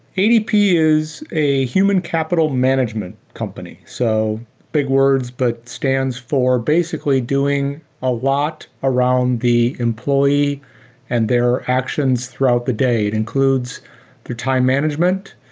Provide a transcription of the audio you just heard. adp is a human capital management company. so big words, but stands for basically doing a lot around the employee and their actions throughout the day. it includes time management.